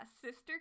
Sister